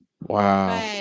Wow